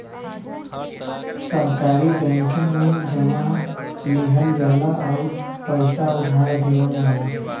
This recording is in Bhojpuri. सहकारी बैंकिंग में जमा लिहल जाला आउर पइसा उधार देवल जाला